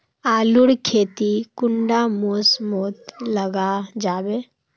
आलूर खेती कुंडा मौसम मोत लगा जाबे?